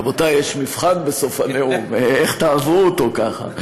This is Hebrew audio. רבותיי, יש מבחן בסוף הנאום, איך תעברו אותו ככה?